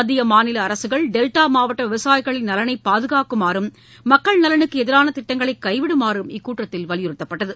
மத்திய மாநில அரசுகள் டெல்டா மாவட்ட விவசாயிகளின் நலனை பாதுகாக்குமாறும் மக்கள் நலனுக்கு எதிரான திட்டங்களை கைவிடுமாறும் இக்கூட்டத்தில் வலியுறுத்தப்பட்டது